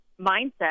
mindset